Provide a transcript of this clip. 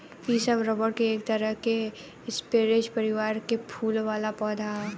इ सब रबर एक तरह के स्परेज परिवार में के फूल वाला पौधा ह